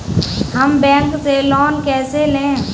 हम बैंक से लोन कैसे लें?